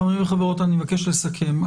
חברים וחברות, אני מבקש לסכם.